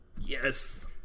yes